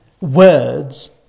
words